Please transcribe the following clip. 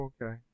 Okay